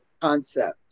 concept